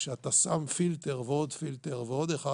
כשאתה שם פילטר ועוד פילטר ועוד אחד,